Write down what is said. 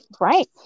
Right